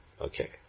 Okay